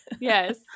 Yes